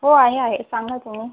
हो आहे आहे सांगा तुम्ही